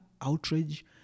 outrage